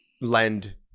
lend